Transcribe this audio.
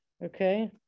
Okay